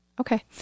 okay